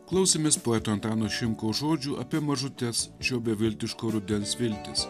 klausėmės poeto antano šimkaus žodžių apie mažutes šio beviltiško rudens viltis